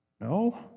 No